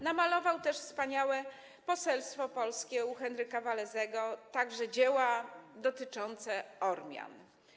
Namalował też wspaniałe „Poselstwo polskie u Henryka Walezego”, także dzieła dotyczące Ormian.